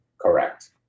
Correct